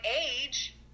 age